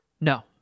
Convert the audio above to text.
No